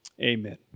Amen